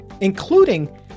including